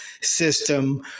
system